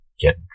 get